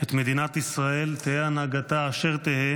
את מדינת ישראל, תהא הנהגתה אשר תהא,